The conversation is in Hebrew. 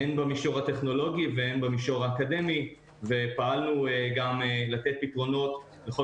אם במישור הטכנולוגי והן במישור האקדמי ופעלנו גם לתת פתרונות בכל